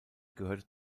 gehörte